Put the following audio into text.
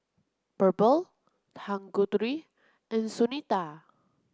Birbal Tanguturi and Sunita